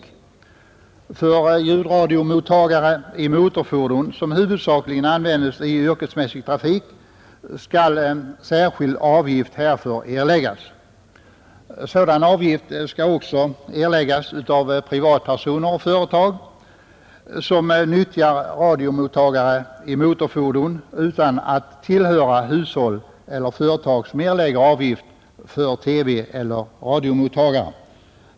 För ljudradiomottagare i motorfordon, som huvudsakligen användes i yrkesmässig trafik, skall särskild avgift erläggas. Sådan avgift skall också erläggas av privatpersoner och företag vilka nyttjar radiomottagare i motorfordon utan att tillhöra hushåll eller företag som erlägger avgift för TV eller radiomottagare.